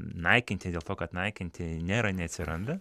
naikinti dėl to kad naikinti nėra neatsiranda